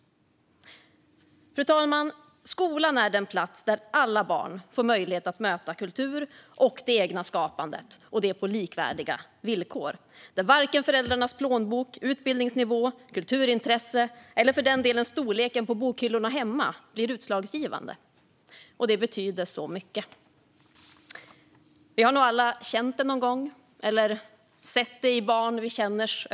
Fru talman! Skolan är den plats där alla barn får möjlighet att möta kultur och det egna skapandet och det på likvärdiga villkor, där varken föräldrarnas plånbok, utbildningsnivå, kulturintresse eller för den delen storleken på bokhyllorna hemma blir utslagsgivande. Det betyder så mycket. Vi har nog alla känt det någon gång eller sett det i ögonen på barn vi känner.